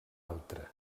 altra